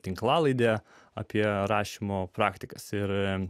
tinklalaidę apie rašymo praktikas ir